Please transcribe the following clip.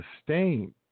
sustain